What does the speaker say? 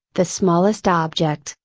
the smallest object,